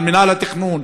על מינהל התכנון,